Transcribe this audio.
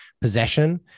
possession